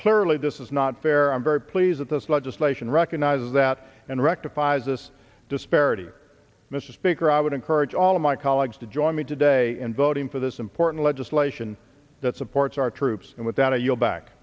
clearly this is not fair i'm very pleased at this legislation recognizes that and rectifies this disparity mr speaker i would encourage all of my colleagues to join me today in voting for this important legislation that supports our troops and without a you'll back